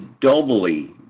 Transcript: doubly